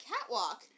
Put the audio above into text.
catwalk